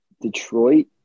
Detroit